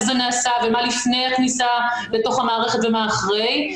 זה נעשה ומה לפני הכניסה לתוך המערכת ומה אחרי,